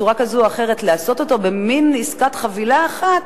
בצורה כזאת או אחרת לעשות אותו במין עסקת חבילה אחת,